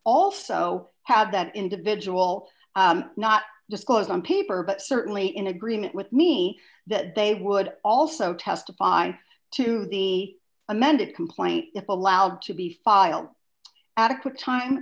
also have that individual not disclose on paper but certainly in agreement with me that they would also testify to the amended complaint if allowed to be filed adequate